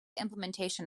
implementation